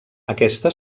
aquesta